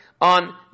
on